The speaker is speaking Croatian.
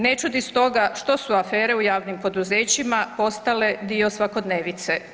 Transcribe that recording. Ne čudi stoga što su afere u javnim poduzećima postale dio svakodnevice.